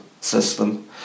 system